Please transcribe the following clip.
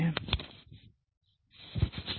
तो मानव पूंजी